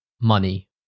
money